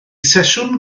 sesiwn